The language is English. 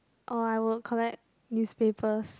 or I would collect newspapers